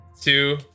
two